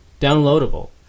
downloadable